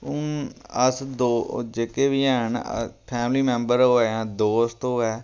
हून अस दो जेह्के बी हैन फैमली मेम्बर होऐ जां दोस्त होऐ